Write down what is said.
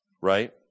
Right